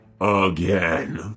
again